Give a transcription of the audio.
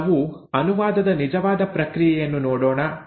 ಈಗ ನಾವು ಅನುವಾದದ ನಿಜವಾದ ಪ್ರಕ್ರಿಯೆಯನ್ನು ನೋಡೋಣ